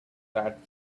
that